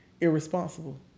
irresponsible